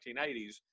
1980s